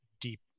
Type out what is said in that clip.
deep